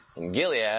Gilead